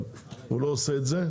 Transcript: אבל הוא לא עושה את זה.